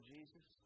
Jesus